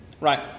right